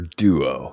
duo